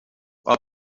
will